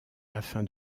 afin